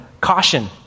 caution